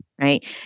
right